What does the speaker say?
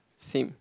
same